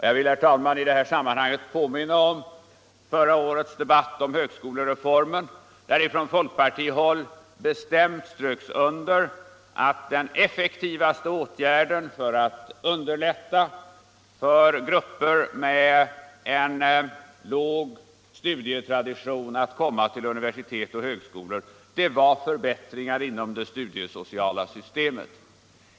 Jag vill, herr talman, i detta sammanhang påminna om förra årets debatt om högskolereformen, där det från folkpartihåll bestämt ströks under att den effektivaste åtgärden för att underlätta för grupper med låg studietradition att komma till universitet och högskolor var förbätt ringar inom det studiesociala systemet.